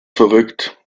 verrückt